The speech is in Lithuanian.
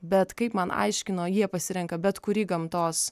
bet kaip man aiškino jie pasirenka bet kurį gamtos